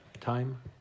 Time